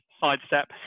sidestep